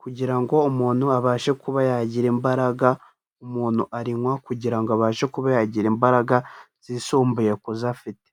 kugirango umuntu abashe kuba yagira imbaraga, umuntu anywa kugira ngo abashe kuba yagira imbaraga zisumbuye ku zo afite.